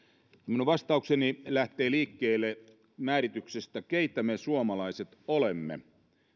minun vastaukseni lähtee liikkeelle määrityksestä keitä me suomalaiset olemme